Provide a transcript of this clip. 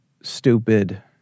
stupid